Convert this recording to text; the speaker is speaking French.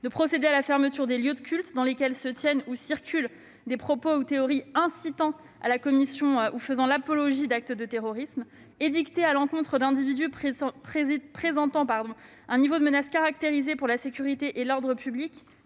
de procéder à la fermeture des lieux de culte où se tiennent ou circulent des propos ou théories incitant à la commission ou faisant l'apologie d'actes de terrorisme ; d'édicter, à l'encontre d'individus présentant un niveau de menace caractérisée pour la sécurité et l'ordre publics,